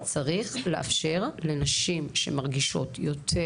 צריך לאפשר לנשים שמרגישות יותר